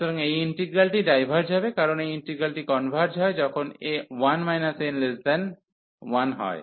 সুতরাং এই ইন্টিগ্রালটি ডাইভার্জ হবে কারণ এই ইন্টিগ্রালটি কনভার্জ হয় যখন 1 n 1 হয়